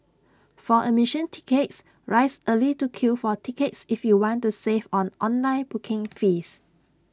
for admission tickets rise early to queue for tickets if you want to save on online booking fees